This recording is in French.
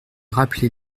rappelé